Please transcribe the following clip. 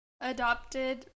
adopted